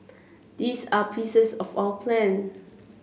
these are pieces of our plan